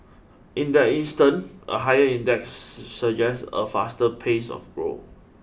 in that instance a higher index suggest a faster pace of growth